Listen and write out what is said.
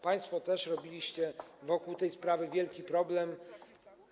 Państwo też robiliście wokół tej sprawy wielki problem.